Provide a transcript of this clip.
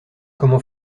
comment